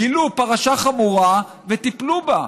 גילו פרשה חמורה וטיפלו בה.